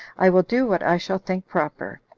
i will do what i shall think proper.